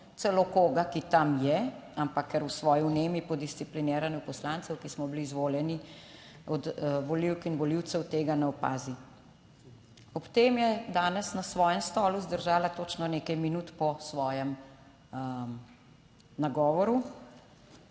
celo koga, ki tam je, ampak ker v svoji vnemi po discipliniranju poslancev, ki smo bili izvoljeni od volivk in volivcev tega ne opazi. Ob tem je danes na svojem stolu zdržala točno nekaj minut, po svojem nagovoru,